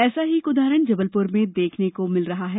ऐसा ही एक उदाहरण जबलपुर में देखने को मिल रहा है